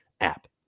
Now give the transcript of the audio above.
app